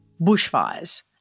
Bushfires